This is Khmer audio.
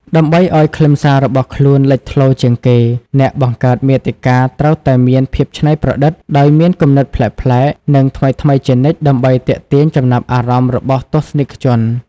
ដើម្បីឱ្យខ្លឹមសាររបស់ខ្លួនលេចធ្លោជាងគេ អ្នកបង្កើតមាតិកាត្រូវតែមាន ភាពច្នៃប្រឌិត ដោយមានគំនិតប្លែកៗ និងថ្មីៗជានិច្ចដើម្បីទាក់ទាញចំណាប់អារម្មណ៍របស់ទស្សនិកជន។